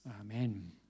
Amen